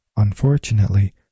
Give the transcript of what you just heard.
Unfortunately